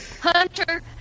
Hunter